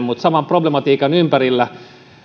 mutta saman problematiikan ympärillä